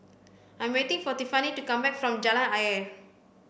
I am waiting for Tiffany to come back from Jalan Ayer